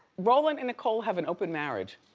rolland and nicole have an open marriage.